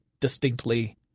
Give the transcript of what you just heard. distinctly